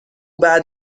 بعد